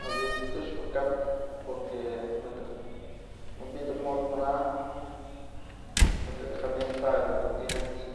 Mach ëch këxpë kap porque nëkë wynpydëp mjot mana nëkë jamyestakëp tijatyë